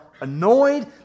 annoyed